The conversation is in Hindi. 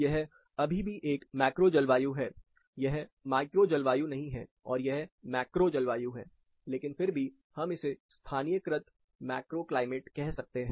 यह अभी भी एक मैक्रो जलवायु है यह माइक्रो जलवायु नहीं है और यह मैक्रो जलवायु है लेकिन फिर भी हम इसे स्थानीयकृत मैक्रो क्लाइमेट कह सकते हैं